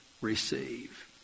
receive